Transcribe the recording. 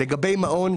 לגבי מעון,